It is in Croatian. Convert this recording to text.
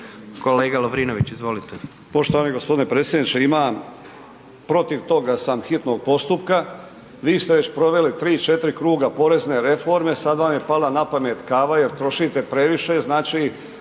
kolega Lovrinović, izvolite.